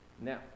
Now